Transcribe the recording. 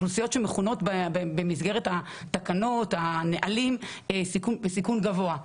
אוכלוסיות שמכונות במסגרת התקנות והנהלים בסיכון גבוה.